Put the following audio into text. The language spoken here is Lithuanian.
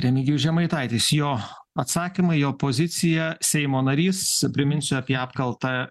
remigijus žemaitaitis jo atsakymai jo opozicija seimo narys priminsiu apie apkaltą